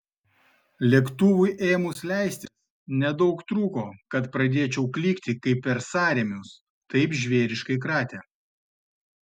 lėktuvui ėmus leistis nedaug trūko kad pradėčiau klykti kaip per sąrėmius taip žvėriškai kratė